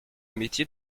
métier